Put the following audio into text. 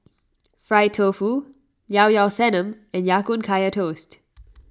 Fried Tofu Ilao Ilao Sanum and Ya Kun Kaya Toast